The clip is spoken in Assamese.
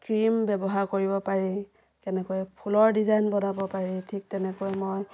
ক্ৰীম ব্য়ৱহাৰ কৰিব পাৰি কেনেকৈ ফুলৰ ডিজাইন বনাব পাৰি ঠিক তেনেকৈ মই